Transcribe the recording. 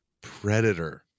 predator